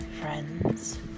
friends